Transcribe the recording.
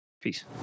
peace